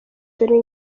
dore